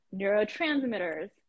neurotransmitters